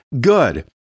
good